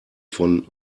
von